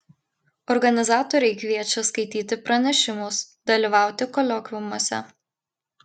organizatoriai kviečia skaityti pranešimus dalyvauti kolokviumuose